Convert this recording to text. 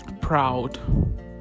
proud